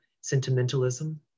sentimentalism